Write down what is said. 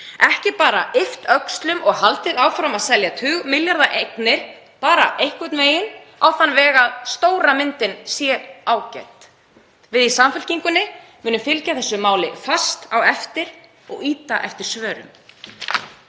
ekki bara yppt og haldið áfram að selja tugmilljarða eignir bara einhvern veginn, á þann veg að stóra myndin sé ágæt. Við í Samfylkingunni munum fylgja þessu máli fast eftir og ýta eftir svörum.